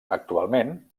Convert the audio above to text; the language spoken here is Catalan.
actualment